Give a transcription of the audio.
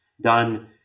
done